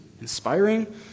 inspiring